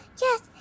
Yes